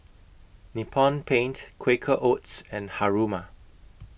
Nippon Paint Quaker Oats and Haruma